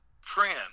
friend